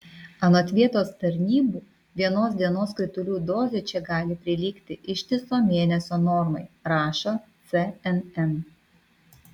anot vietos tarnybų vienos dienos kritulių dozė čia gali prilygti ištiso mėnesio normai rašo cnn